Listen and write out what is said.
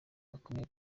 bakomeye